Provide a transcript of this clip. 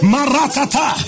Maratata